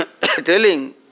Telling